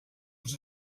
els